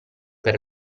per